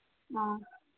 ꯑ